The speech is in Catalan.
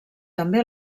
també